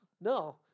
No